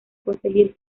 conseguir